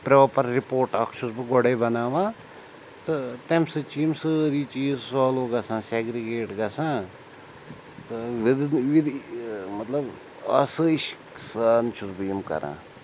proper report اکھ چھُس بہٕ گۄڈَے بَناوان تہٕ تَمہِ سۭتۍ چھِ یِم سٲری چیٖز سالو گژھان سیگرِگیٹ گَژھان تہٕ وِدِن وِد مطلب آسٲیِش سان چھُس بہٕ یِم کَران